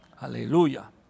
Aleluya